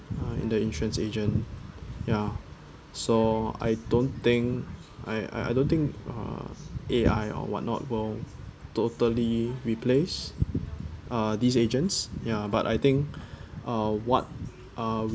uh in the insurance agent ya so I don't think I I don't think uh A_I or what not will totally replace uh these agents ya but I think or what uh